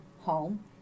home